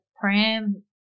pram